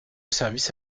service